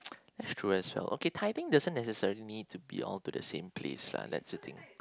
that's true as well okay tighten doesn't necessarily need to be all to the same place lah that's a thing